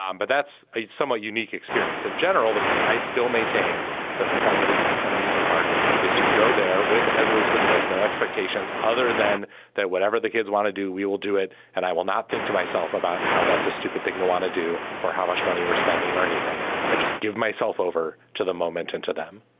um but that's a somewhat unique experience in general. i still maintain that the point of ah an amusement park is to go there with, as elizabeth says, no expectations other than that whatever the kids want to do, we will do it. and i will not think to myself about how that's a stupid thing to want to do or how much money we're spending or anything. i just give myself over to the moment and to them